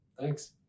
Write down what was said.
thanks